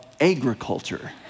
Agriculture